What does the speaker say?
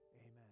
amen